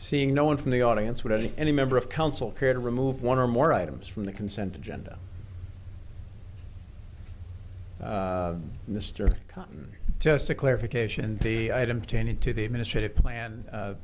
seeing no one from the audience would any any member of council care to remove one or more items from the consent agenda mr cotton just a clarification the item ten into the administrative plan